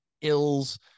ills